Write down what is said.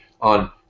on